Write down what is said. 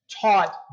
taught